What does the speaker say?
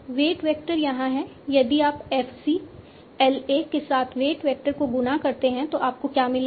wait vector यहाँ है यदि आप f c LA के साथ वेट वेक्टर को गुणा करते हैं तो आपको क्या मिलेगा